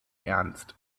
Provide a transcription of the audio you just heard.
ernst